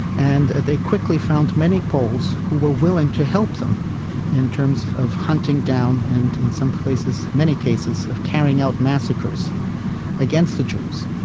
and and they quickly found many poles who were willing to help them in terms of hunting down and in some places, in many cases, of carrying out massacres against the jews.